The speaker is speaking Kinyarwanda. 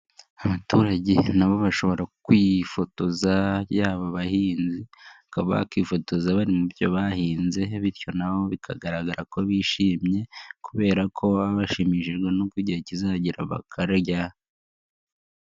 Abaturage nabo bashobora kwifotoza yaba abahinzi bakaba bakifotoza bari mu byo bahinze bityo nabo bikagaragara ko bishimye kuberako baba bashimishijwe nuko igihe kiba kizagera bakarya.